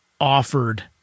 offered